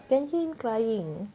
then him crying